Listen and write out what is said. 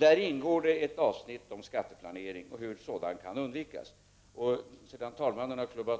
Däri ingår ett avsnitt om skatteplanering och om hur sådan kan undvikas. Jag skall be